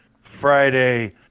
Friday